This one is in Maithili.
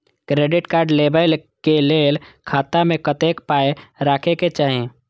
क्रेडिट कार्ड लेबै के लेल खाता मे कतेक पाय राखै के चाही?